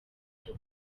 cyo